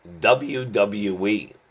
WWE